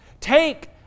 take